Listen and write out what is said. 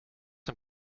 een